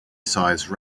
size